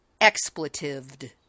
expletived